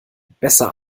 besser